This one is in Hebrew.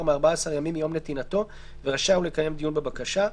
מ־14 ימים מיום נתינתו ורשאי הוא לקיים דיון בבקשה,